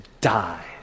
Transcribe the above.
die